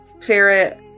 ferret